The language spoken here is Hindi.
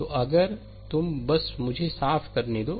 तो अगर तुम बस मुझे इसे साफ करने दो